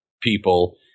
people